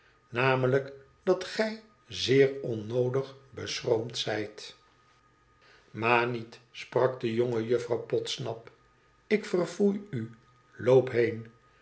namelijk dat gij zeer onnoodig beschroomd zijt ma niet sprak de jonge juffrouw podsnap ik verfoei u loop heen